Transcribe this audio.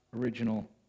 original